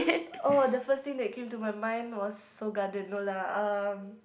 oh the first thing that came to my mind was Seoul-Garden no lah um